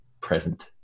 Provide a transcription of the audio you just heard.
present